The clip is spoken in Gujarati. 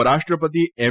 ઉપરાષ્ટ્રપતિ એમ